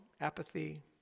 apathy